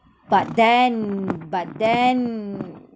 but then but then